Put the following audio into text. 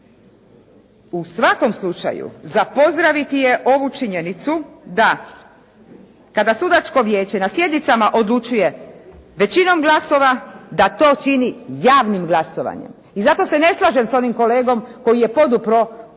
U svakom slučaju za pozdraviti je ovu činjenicu da kada sudačko vijeće na sjednicama odlučuje većinom glasova, da to čini javnim glasovanjem. I zato se ne slažem sa onim kolegom koji je podupro Udrugu